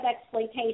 exploitation